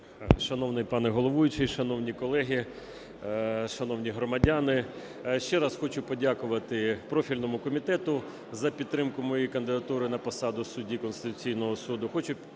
Шановний пане головуючий, шановні колеги, шановні громадяни, ще раз хочу подякувати профільному комітету за підтримку моєї кандидатури на посаду судді Конституційного Суду.